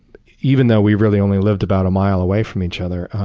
even though we really only lived about a mile away from each other.